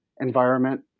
environment